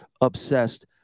obsessed